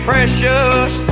precious